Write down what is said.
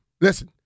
listen